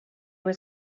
were